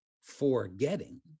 forgetting